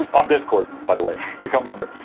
on discord by the way. become a member.